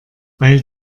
weil